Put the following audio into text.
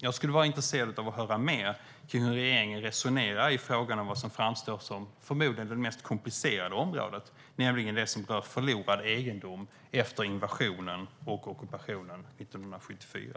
Jag skulle vara intresserad av att höra mer om hur regeringen resonerar i frågan om vad som framstår som förmodligen det mest komplicerade området, nämligen det som berör förlorad egendom efter invasionen och ockupationen 1974.